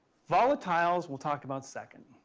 volatiles we'll talk about second.